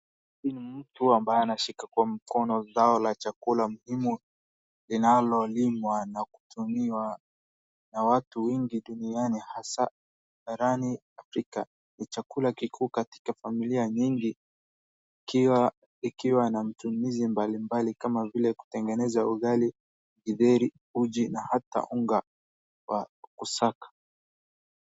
Huyu ni mtu ambaye anashika kwa mkono zao la chakula muhimu, linalolimwa na kutumiwa na watu wengi duniani, hasaa barani Afrika. Ni chakula kikuu katika familia nyingi, ikiwa, ikiwa na matumizi mbalimbali kama vile kutengeneza ugali, githeri, uji na hata unga wa kusaga.